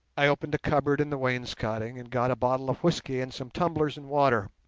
i opened a cupboard in the wainscoting and got a bottle of whisky and some tumblers and water.